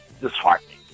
disheartening